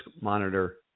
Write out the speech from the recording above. monitor